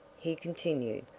he continued,